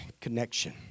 connection